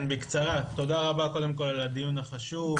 כן בקצרה, תודה רבה על הדיון החשוב.